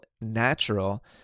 natural